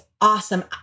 awesome